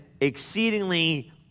exceedingly